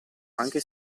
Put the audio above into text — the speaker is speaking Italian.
anche